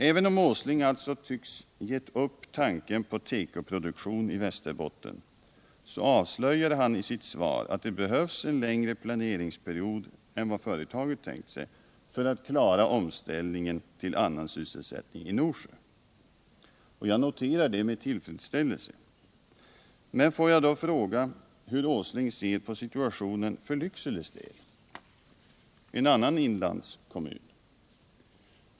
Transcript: Även om Nils Åsling alltså tycks ha gett upp tanken på tekoproduktion i Västerbotten avslöjade han i sitt svar att det behövs en längre planeringsperiod än vad företaget tänkt sig för att klara omställningen till annan sysselsättning i Norsjö. Jag noterar detta med tillfredsställelse. Men får jag då fråga hur Nils Åsling ser på situationen i Lycksele, en annan inlandskommun.